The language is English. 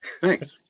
Thanks